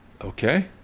okay